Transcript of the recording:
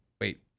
Wait